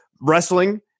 wrestling